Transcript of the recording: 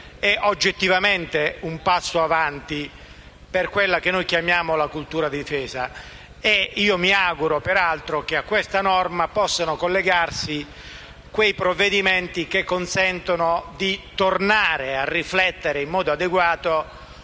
è oggettivamente un passo in avanti per quella che noi chiamiamo la cultura di difesa. Mi auguro, peraltro, che a questa norma possano collegarsi quei provvedimenti che consentono di tornare a riflettere in modo adeguato